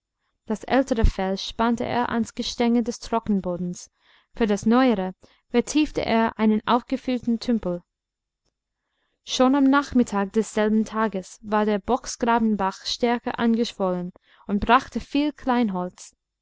das ältere fell spannte er ans gestänge des trockenbodens für das neuere vertiefte er einen aufgefüllten tümpel schon am nachmittag desselben tages war der bocksgrabenbach stärker angeschwollen und brachte viel